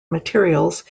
materials